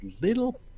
little